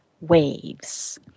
waves